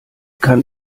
kann